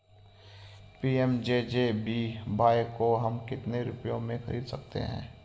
PMJJBY को हम कितने रुपयों में खरीद सकते हैं?